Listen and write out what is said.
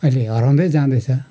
अहिले हराउँदे जाँदैछ